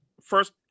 first